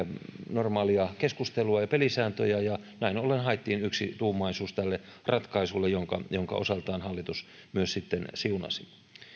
normaalia keskustelua ja pelisääntöjä ja näin ollen haettiin yksituumaisuus tälle ratkaisulle jonka jonka osaltaan hallitus myös sitten siunasi